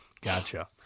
Gotcha